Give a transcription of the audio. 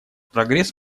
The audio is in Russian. прогресс